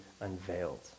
unveiled